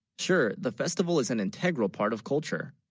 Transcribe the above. sure the festival is an integral part of culture